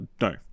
no